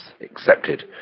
accepted